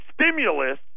stimulus